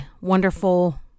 wonderful